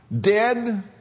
dead